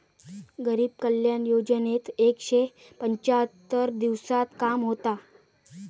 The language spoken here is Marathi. गरीब कल्याण योजनेत एकशे पंच्याहत्तर दिवसांत काम होता